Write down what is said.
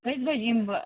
کٔژۍ بَجہِ یِم بہٕ